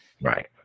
Right